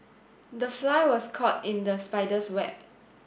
the fly was caught in the spider's web